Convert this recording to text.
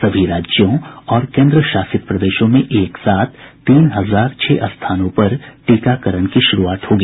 सभी राज्यों और केंद्रशासित प्रदेशों में एक साथ तीन हजार छह स्थानों पर टीकाकरण की शुरूआत होगी